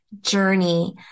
journey